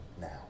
now